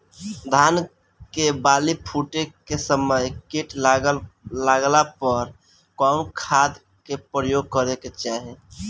धान के बाली फूटे के समय कीट लागला पर कउन खाद क प्रयोग करे के चाही?